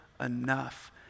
enough